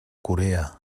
corea